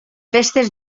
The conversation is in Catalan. festes